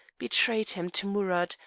betrayed him to amurath,